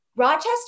Rochester